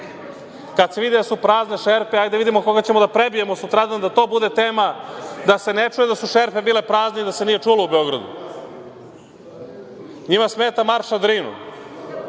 su videli da su prazne šerpe, hajde da vidimo koga ćemo da prebijemo sutradan, da to bude tema, da se ne čuje da su šerpe bile prazne i da se nije čulo u Beogradu. Njima smeta „Marš na Drinu“.